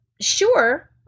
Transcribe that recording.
sure